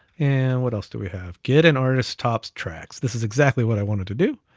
and what else do we have? get an artist's top tracks. this is exactly what i wanted to do.